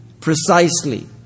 precisely